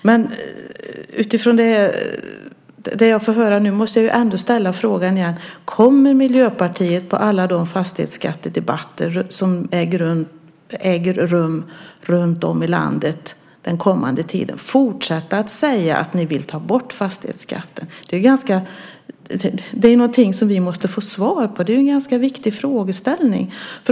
Men utifrån det jag får höra nu måste jag ändå ställa frågan igen: Kommer ni i Miljöpartiet på alla de fastighetsskattedebatter som äger rum runtom i landet den kommande tiden fortsätta att säga att ni vill ta bort fastighetsskatten? Det är någonting som vi måste få svar på. Det är ju en ganska viktig frågeställning.